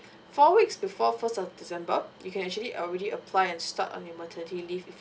four weeks before first of december you can actually already apply and start on your maternity